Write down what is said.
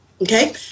Okay